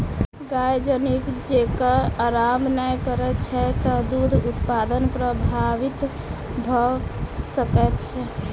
गाय जँ नीक जेँका आराम नै करैत छै त दूध उत्पादन प्रभावित भ सकैत छै